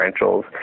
differentials